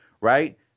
right